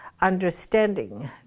understanding